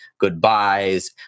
goodbyes